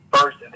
first